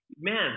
man